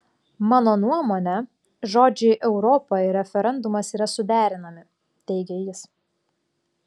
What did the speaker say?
mano nuomone žodžiai europa ir referendumas yra suderinami teigė jis